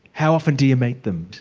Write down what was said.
how often do you meet them?